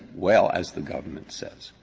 well, as the government says,